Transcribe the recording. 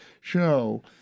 show